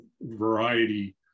variety